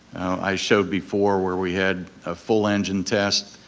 i showed before where we had a full engine test.